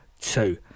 two